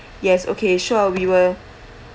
yes okay sure we will